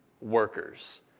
workers